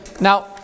now